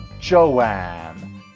Joanne